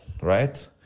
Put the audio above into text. right